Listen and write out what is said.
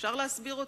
אפשר להסביר אותה.